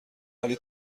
ولی